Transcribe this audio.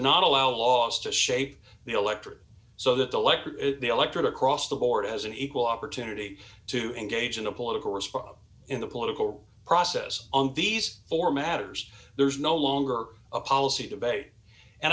not allow laws to shape the electorate so that the electorate the electorate across the board has an equal opportunity to engage in a political response in the political process and these four matters there's no longer a policy debate and